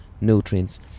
nutrients